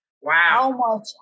Wow